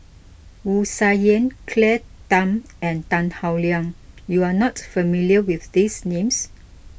Wu Tsai Yen Claire Tham and Tan Howe Liang you are not familiar with these names